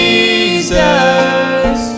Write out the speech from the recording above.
Jesus